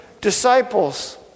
disciples